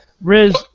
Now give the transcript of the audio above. Riz